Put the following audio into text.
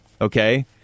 okay